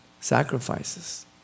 sacrifices